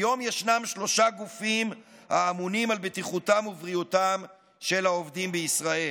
היום ישנם שלושה גופים האמונים על בטיחותם ובריאותם של העובדים בישראל: